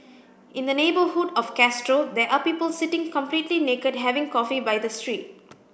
in the neighbourhood of Castro there are people sitting completely naked having coffee by the street